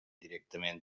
directament